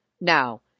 Now